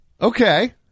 Okay